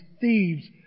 thieves